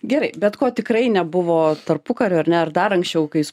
gerai bet ko tikrai nebuvo tarpukario ar ne ar dar anksčiau kai jūs